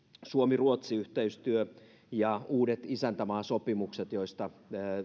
suomi ruotsi yhteistyö ja uudet isäntämaasopimukset joista